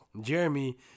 Jeremy